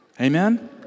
Amen